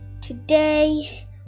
today